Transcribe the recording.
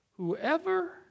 Whoever